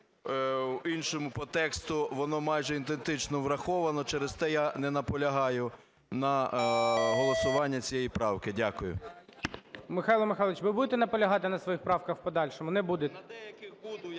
в іншому по тексту воно майже ідентично враховано, через те я не наполягаю на голосуванні цієї правки. Дякую. ГОЛОВУЮЧИЙ. Михайло Михайлович, ви будете наполягати на своїх правках в подальшому? Не …